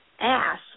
ass